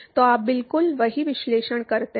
तो आप बिल्कुल वही विश्लेषण करते हैं